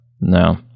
No